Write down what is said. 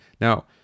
Now